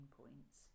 points